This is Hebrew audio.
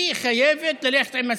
היא חייבת ללכת עם מסכה.